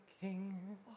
King